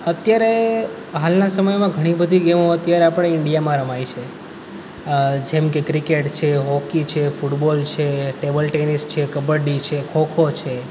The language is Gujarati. અત્યારે હાલના સમયમાં ઘણી બધી ગેમો અત્યારે આપણે ઇન્ડિયામાં રમાય છે જેમ કે ક્રિકેટ છે હોકી છે ફૂટબોલ છે ટેબલ ટેનિસ છે કબડ્ડી છે ખો ખો છે